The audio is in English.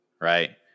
right